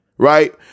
Right